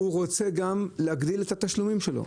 הוא רוצה גם להגדיל את התשלומים שלו.